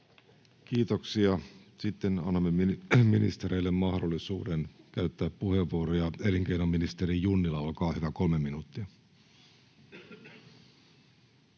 Kiitoksia. — Sitten annamme ministereille mahdollisuuden käyttää puheenvuoroja. — Elinkeinoministeri Junnila, olkaa hyvä, kolme minuuttia.